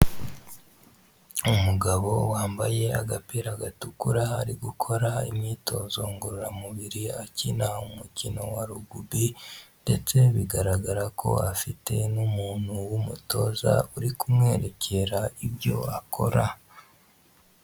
Umugabo wambaye agapira gatukura ari gukora imyitozo ngororamubiri akina umukino wa rugubi ndetse bigaragara ko afite n'umuntu w'umutoza uri kumwerekera ibyo akora.